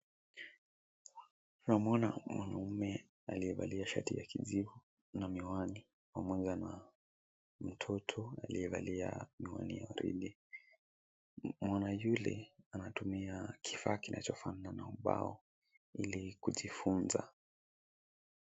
Namwona mwanaume aliyevalia shati ya kijivu na miwani pamoja na mtoto aliyevalia miwani ya waridi. Mwanaume yule anatumia kifaa kinachofanana na ubao ili kujifunza.